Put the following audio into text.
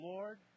Lord